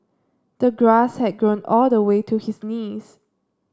the grass had grown all the way to his knees